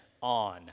on